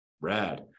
Rad